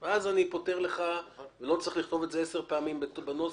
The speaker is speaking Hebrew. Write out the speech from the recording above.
אז אני פותר לך ולא צריך לכתוב את זה עשר פעמים בנוסח.